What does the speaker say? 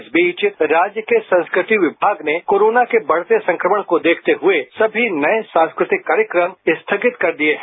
इस बीच राज्य के संस्कृति विभाग ने कोरोना के बढ़ते संक्रमण को देखते हुए सभी नये सांस्कृतिक कार्यक्रम स्थगित कर दिए हैं